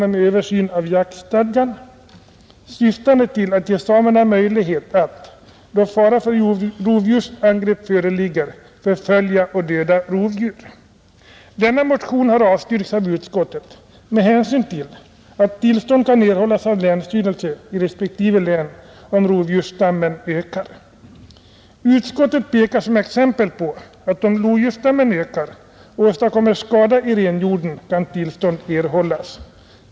om översyn av jaktstadgan, syftande till att ge samerna rätt att förfölja och döda rovdjur då fara för rovdjursangrepp föreligger, har avstyrkts av utskottet med hänsyn till att jakttillstånd kan erhållas av länsstyrelsen i respektive län, om rovdjursstammen ökar, Utskottet pekar som exempel på att om lodjursstammen ökar och åstadkommer skada i renhjorden kan jakttillstånd erhållas.